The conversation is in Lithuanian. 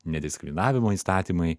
nediskriminavimo įstatymai